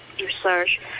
research